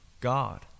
God